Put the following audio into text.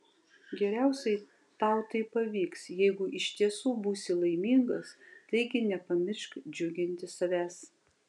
geriausiai tau tai pavyks jeigu iš tiesų būsi laimingas taigi nepamiršk džiuginti savęs